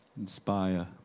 inspire